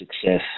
success